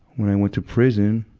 when i went to prison,